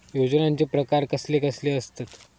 योजनांचे प्रकार कसले कसले असतत?